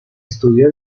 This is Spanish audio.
estudió